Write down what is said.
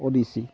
Udichi